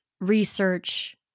research